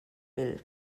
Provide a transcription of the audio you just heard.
will